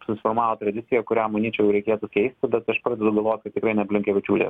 susiformavo tradicija kurią manyčiau reikėtų keisti bet aš pradedu galvot kad tikrai ne blinkevičiūtė